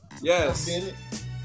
Yes